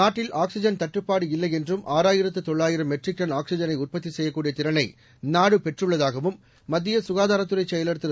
நாட்டில் ஆக்ஸிஜன் தட்டுப்பாடு இல்லை என்றும் ஆறாயிரத்து தொள்ளாயிரம் மெட்ரிக் டன் ஆக்ஸிஜனை உற்பத்தி செய்யக்கூடிய திறனை நாடு பெற்றுள்ளதாகவும் மத்திய சுகாதாரத்துறைச் செயல் திரு